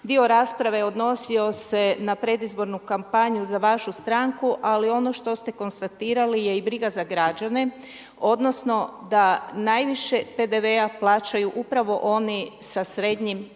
dio rasprave odnosio se na predizbornu kampanju za vašu stranku, ali ono što ste konstatirali je i briga za građane, odnosno da najviše PDV-a plaćaju upravo oni sa srednjim i